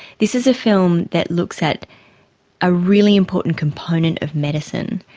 this is a film that looks at a really important component of medicine,